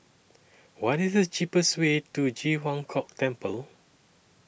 What IS The cheapest Way to Ji Huang Kok Temple